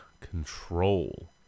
control